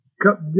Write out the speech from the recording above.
cup